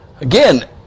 Again